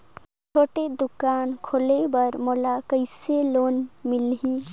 छोटे दुकान खोले बर मोला कइसे लोन मिलही?